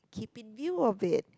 keep in view of it